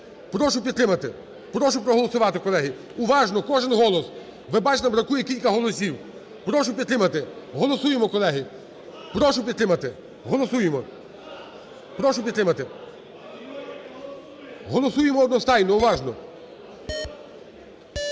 Прошу підтримати. Прошу проголосувати, колеги. Уважно. Кожен голос. Ви бачите, нам бракує кілька голосів. Прошу підтримати. Голосуємо, колеги. Прошу підтримати. Голосуємо. Прошу підтримати. Голосуємо одностайно. Уважно!